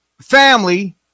family